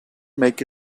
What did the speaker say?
make